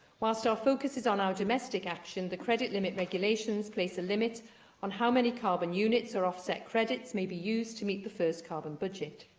whilst our focus is on our domestic action, the credit limit regulations place a limit on how many carbon units or offset credits may be used to meet the first carbon budget.